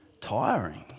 tiring